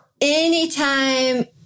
anytime